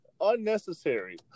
Unnecessary